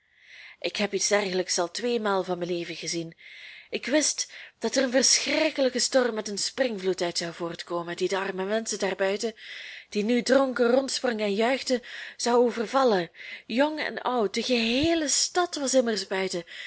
ik heb iets dergelijks al tweemaal van mijn leven gezien ik wist dat er een verschrikkelijke storm met een springvloed uit zou voortkomen die de arme menschen daarbuiten die nu dronken rondsprongen en juichten zou overvallen jong en oud de geheele stad was immers buiten